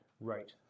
Right